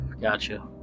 Gotcha